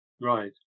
right